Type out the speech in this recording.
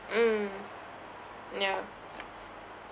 mm yeah